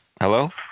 hello